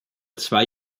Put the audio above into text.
zwei